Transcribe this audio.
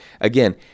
again